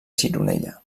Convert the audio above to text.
gironella